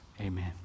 amen